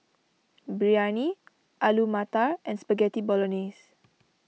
Biryani Alu Matar and Spaghetti Bolognese